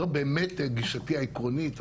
זו באמת גישתי העקרונית.